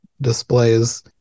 displays